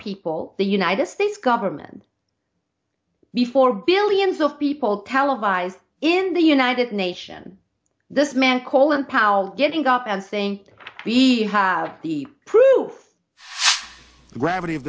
people the united states government before billions of people televised in the united nation this man colin powell getting up and saying we have the proof the gravity of